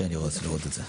כן, אני רוצה לראות את זה.